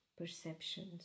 perceptions